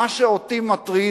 מה שאותי מטריד,